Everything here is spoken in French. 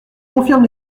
confirme